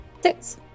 six